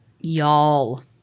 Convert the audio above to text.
Y'all